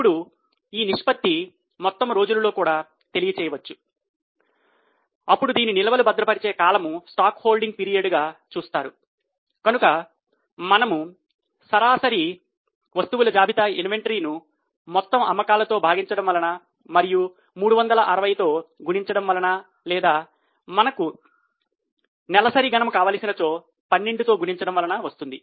ఇప్పుడు ఈ నిష్పత్తి మొత్తం రోజుల్లో కూడా తెలియజేయవచ్చు అప్పుడు దీనిని నిల్వలు భద్రపరిచే కాలము ను మొత్తం అమ్మకాలతో భాగించడం వలన మరియు 365 తో గుణించడం వలన లేదా మనకు నెలసరి గణము కావలసినచో 12 తో గుణించడం వలన వస్తుంది